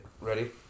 Ready